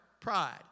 Pride